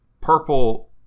purple